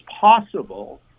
possible